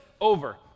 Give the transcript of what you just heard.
over